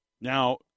Now